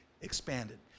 expanded